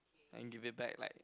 and give it back like